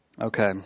Okay